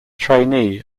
trainee